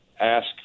ask